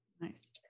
Nice